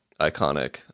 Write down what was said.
iconic